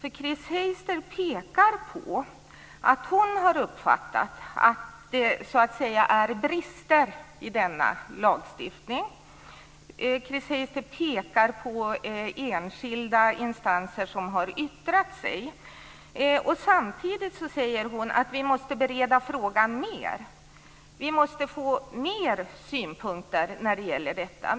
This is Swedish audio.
Chris Heister pekar på att hon har uppfattat att det så att säga är brister i denna lagstiftning. Chris Heister pekar på enskilda instanser som har yttrat sig. Samtidigt säger hon att vi måste bereda frågan mer. Vi måste få mer synpunkter på detta.